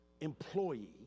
employee